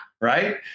right